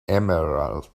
emerald